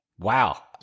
Wow